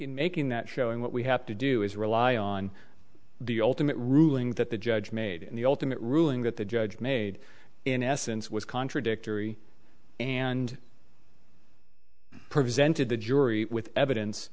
in making that showing what we have to do is rely on the ultimate ruling that the judge made the ultimate ruling that the judge made in essence was contradictory and presented the jury with evidence